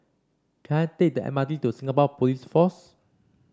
can I take the M R T to Singapore Police Force